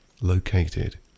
located